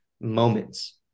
moments